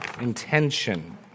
Intention